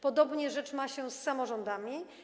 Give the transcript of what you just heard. Podobnie rzecz ma się z samorządami.